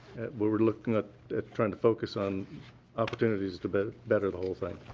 but we're looking at trying to focus on opportunities to better better the whole thing.